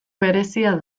berezia